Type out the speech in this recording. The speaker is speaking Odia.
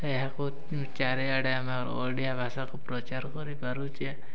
ଏହାକୁ ଚାରିଆଡ଼େ ଆମେ ଓଡ଼ିଆ ଭାଷାକୁ ପ୍ରଚାର୍ କରିପାରୁଛେ